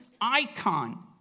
icon